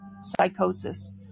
psychosis